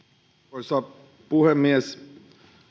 arvoisa puhemies